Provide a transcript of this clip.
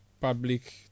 public